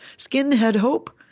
skin had hope,